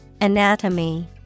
Anatomy